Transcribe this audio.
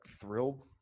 thrilled